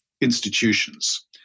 institutions